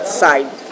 side